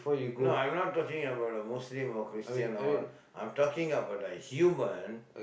no I'm not talking about the Muslim or Christian or what I'm talking about the human